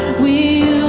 we